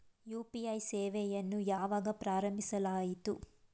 UPI ಸೇವೆಯನ್ನು ಯಾವಾಗ ಪ್ರಾರಂಭಿಸಲಾಯಿತು?